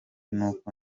n’uko